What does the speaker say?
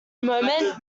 moment